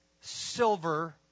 silver